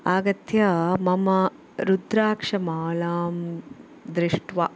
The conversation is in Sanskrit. आगत्य मम रुद्राक्षमालां दृष्ट्वा